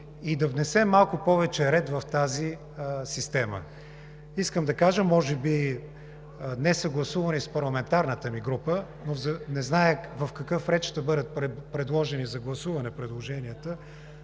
и да внесем малко повече ред в тази система. Искам да кажа – може би несъгласувани с парламентарната ми група, не зная в какъв ред ще бъдат подложени на гласуване предложенията,